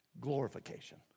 glorification